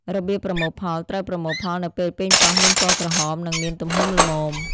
របៀបប្រមូលផល ត្រូវប្រមូលផលនៅពេលប៉េងប៉ោះមានពណ៌ក្រហម និងមានទំហំល្មម។